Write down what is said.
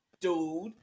dude